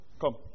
Come